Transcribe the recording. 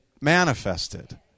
manifested